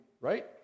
right